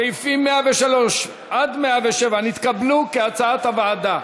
סעיפים 103 107 נתקבלו כהצעת הוועדה.